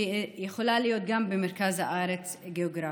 שיכולה להיות גם במרכז הארץ גיאוגרפית.